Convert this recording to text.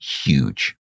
huge